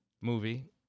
movie